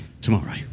tomorrow